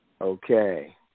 Okay